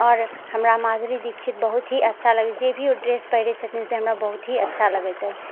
आओर हमरा माधुरी दीछित बहुत ही अच्छा लगैत जेभी ओ ड्रेस पहिरैत छथिन से हमरा बहुत ही अच्छा लगैत अछि